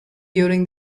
during